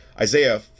isaiah